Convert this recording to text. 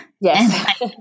Yes